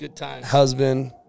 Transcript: husband